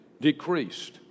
decreased